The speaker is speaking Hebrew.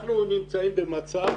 אנחנו נמצאים במצב